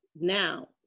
Now